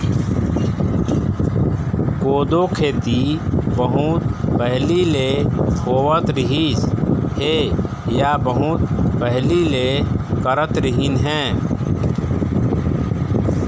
कोदो खेती बहुत पहिली ले होवत रिहिस हे या बहुत पहिली ले करत रिहिन हे